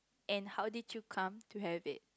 and how did you come to have it